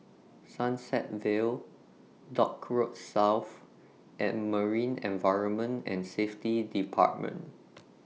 Sunset Vale Dock Road South and Marine Environment and Safety department